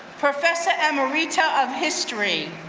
professor emerita of history.